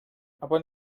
upon